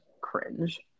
cringe